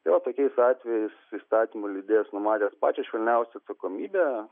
jo tokiais atvejais įstatymų leidėjas numatęs pačią švelniausią atsakomybę